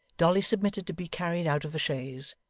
dolly submitted to be carried out of the chaise,